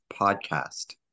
podcast